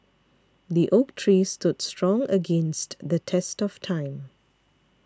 the oak tree stood strong against the test of time